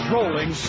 Rolling